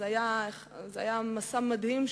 זה היה מסע מדהים,